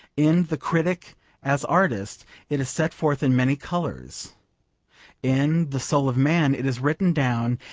in the critic as artist it is set forth in many colours in the soul of man it is written down,